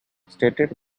stated